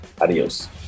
Adios